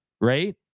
right